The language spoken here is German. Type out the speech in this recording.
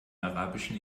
arabischen